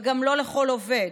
וגם לא לכל עובד.